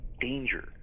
danger